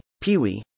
PeeWee